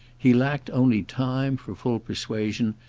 he lacked only time for full persuasion,